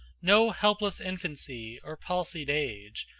no helpless infancy or palsied age,